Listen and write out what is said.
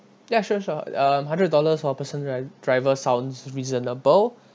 ya sure sure uh hundred dollars for personal dri~ driver sounds reasonable